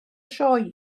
sioe